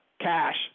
cash